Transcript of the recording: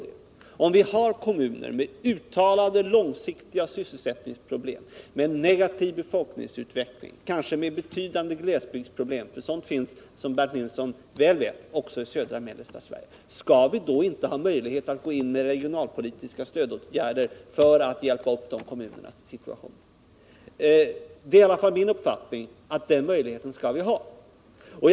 Om en kommun i södra eller mellersta Sverige har uttalade, långsiktiga sysselsättningsproblem, negativ befolkningsutveckling och kanske betydande glesbygdsproblem — och sådana kommuner finns, som Bernt Nilsson känner till väl — skall vi då inte ha möjlighet att gå in med regionalpolitiska stödåtgärder för att hjälpa upp den kommunens situation? Det är i alla fall min uppfattning att vi skall ha den möjligheten.